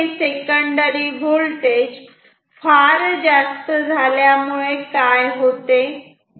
आणि हे secondary voltage फार जास्त झाल्यामुळे काय होते